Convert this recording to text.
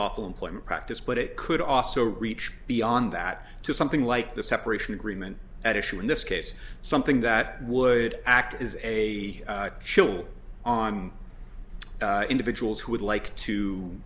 unlawful employment practice but it could also reach beyond that to something like the separation agreement at issue in this case something that would act as a shill on individuals who would like to